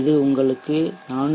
இது உங்களுக்கு 418